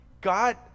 God